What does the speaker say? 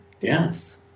Yes